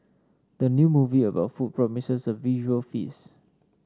the new movie about food promises a visual feast